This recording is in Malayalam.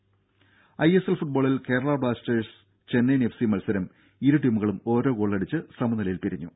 രംഭ ഐഎസ്എൽ ഫുട്ബോളിൽ കേരളാ ബ്ലാസ്റ്റേഴ്സ് ചെന്നൈയിൻ എഫ്സി മത്സരം ഇരു ടീമുകളും ഓരോ ഗോൾ അടിച്ച് സമനിലയിൽ പിരിഞ്ഞു